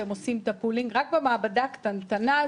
והם עושים את הפולינג רק במעבדה הקטנטנה הזאת,